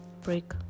break